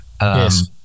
Yes